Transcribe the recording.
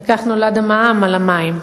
וכך נולד המע"מ על המים.